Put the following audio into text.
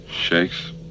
Shakes